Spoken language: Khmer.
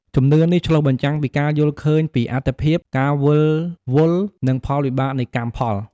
ជំនឿនេះឆ្លុះបញ្ចាំងពីការយល់ឃើញអំពីអត្ថិភាព ការវិលវល់ និងផលវិបាកនៃកម្មផល។